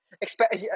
Expect